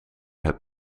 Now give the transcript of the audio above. het